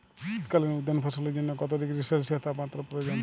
শীত কালীন উদ্যান ফসলের জন্য কত ডিগ্রী সেলসিয়াস তাপমাত্রা প্রয়োজন?